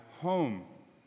home